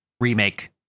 remake